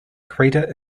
crater